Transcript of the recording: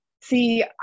see